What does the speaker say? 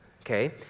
okay